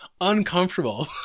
uncomfortable